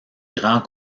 grand